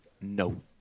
No